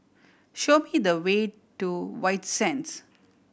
show me the way to White Sands